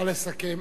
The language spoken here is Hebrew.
נא לסכם.